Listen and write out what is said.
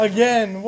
Again